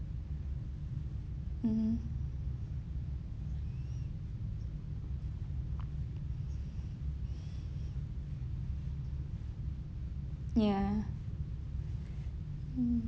mmhmm ya mm